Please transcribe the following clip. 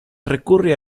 recurre